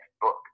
book